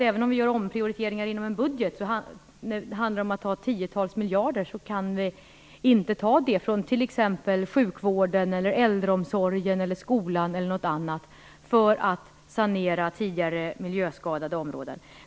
Även om vi gör omprioriteringar inom en budget kan inte tiotals miljarder tas från t.ex. sjukvården, äldreomsorgen eller skolan för att sanera tidigare miljöskadade områden.